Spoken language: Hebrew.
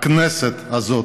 הכנסת הזאת,